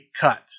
cut